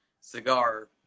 cigar